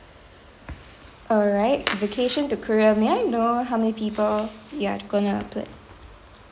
alright vacation to korea may I know how many people you are going to